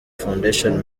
foundation